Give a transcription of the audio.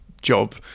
job